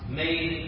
made